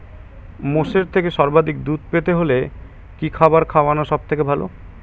মোষের থেকে সর্বাধিক দুধ পেতে হলে কি খাবার খাওয়ানো সবথেকে ভালো?